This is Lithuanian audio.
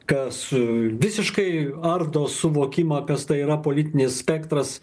kas visiškai ardo suvokimą kas tai yra politinis spektras